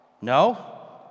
No